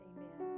Amen